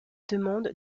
demande